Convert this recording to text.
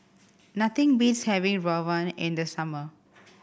nothing beats having rawon in the summer